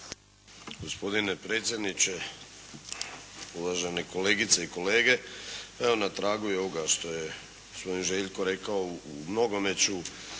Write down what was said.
Gospodine predsjedniče, uvažene kolegice i kolege. Evo na tragu ovoga što je gospodin Željko rekao u mnogome ću